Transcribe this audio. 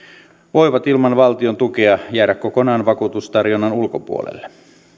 voivat ilman valtiontukea jäädä kokonaan vakuutustarjonnan ulkopuolelle